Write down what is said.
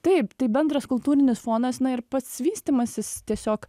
taip tai bendras kultūrinis fonas na ir pats vystymasis tiesiog